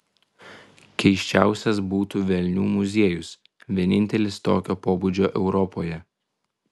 keisčiausias būtų velnių muziejus vienintelis tokio pobūdžio europoje